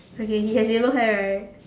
okay he has yellow hair right